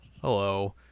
Hello